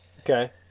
okay